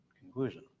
conclusion